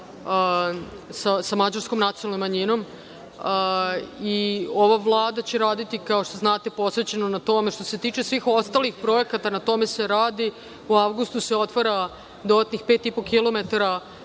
sa mađarskom nacionalnom manjinom, i ova Vlada će raditi, kao što znate posvećeno na tome. Što se tiče svih ostalih projekata na tome se radi. U avgustu se otvara se otvara dodatnih 5,5 kilometara